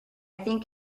think